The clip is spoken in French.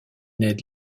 ned